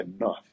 enough